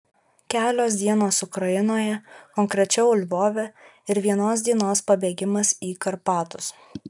kelios dienos ukrainoje konkrečiau lvove ir vienos dienos pabėgimas į karpatus